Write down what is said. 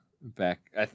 Back